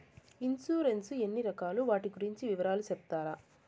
Insurance ఎన్ని రకాలు వాటి గురించి వివరాలు సెప్తారా?